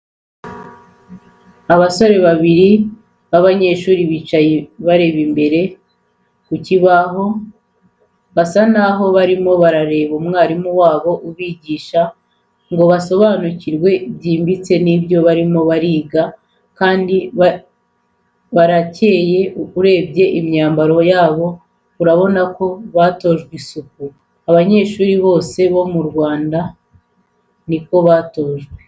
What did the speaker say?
Abasore babiri babanyeshuri bicaye bareba imbere ku kibaho basa naho barimo barareba mwarimu wabo ubigisha ngo basobanukirwe byimbitse ibyo barimo bariga kandi barakeye, urebye imyambaro yabo urabona ko batojwe isuku, abanyeshuri bose bo mu Rwanda niko batojwe.